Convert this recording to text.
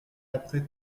après